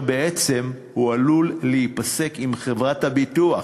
בעצם הוא עלול להיפסק אם חברת הביטוח,